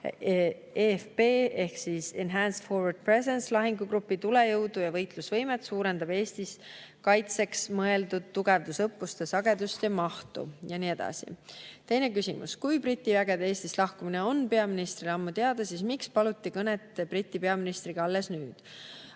eFP ehkEnhanced Forward Presencelahingugrupi tulejõudu ja võitlusvõimet, suurendab Eestis kaitseks mõeldud tugevdusõppuste sagedust ning mahtu ja nii edasi. Teine küsimus: "Kui briti vägede Eestist lahkumine oli peaministrile ammu teada, siis miks paluti kõnet briti peaministriga alles nüüd?"